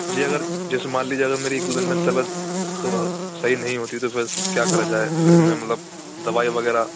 جی اگر جیسے مان لیجیے اگر میری ایک دو دِن میں طبیعت صحیح نہیں ہوتی تو پھر کیا کرا جائے پھر میں مطلب دوائی وغیرہ